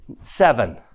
seven